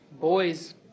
boys